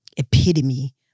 Epitome